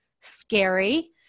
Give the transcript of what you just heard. scary